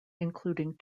including